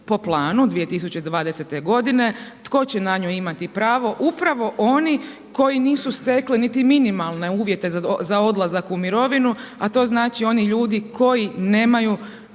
po planu 2020. godine. Tko će na nju imati pravo? Upravo oni koji nisu stekli niti minimalne uvjete za odlazak u mirovinu, a to znači oni ljudi koji nemaju